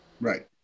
Right